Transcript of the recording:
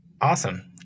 Awesome